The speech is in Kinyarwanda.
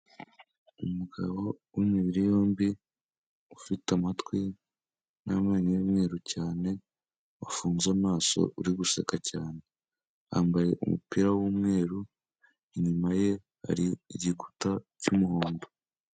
Umugabo w'imibiri yombi ufite amatwi n'amenyo y'umweru cyane, afunze amaso uri guseka cyane, yambaye umupira w'umweru, inyuma ye hari igikuta cy'umuhondo.